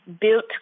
built